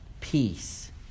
Peace